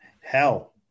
hell